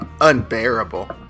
unbearable